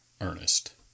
Ernest